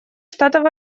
штатов